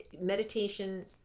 Meditation